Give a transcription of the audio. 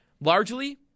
largely